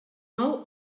nou